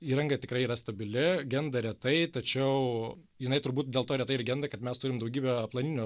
įranga tikrai yra stabili genda retai tačiau jinai turbūt dėl to retai ir genda kad mes turim daugybę planinių